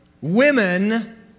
women